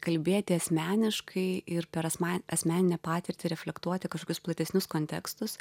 kalbėti asmeniškai ir per asma asmeninę patirtį reflektuoti kažkokius platesnius kontekstus